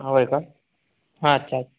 होय का हां अच्छा